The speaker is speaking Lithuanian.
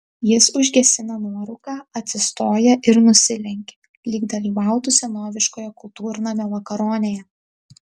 jis užgesina nuorūką atsistoja ir nusilenkia lyg dalyvautų senoviškoje kultūrnamio vakaronėje